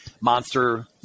Monster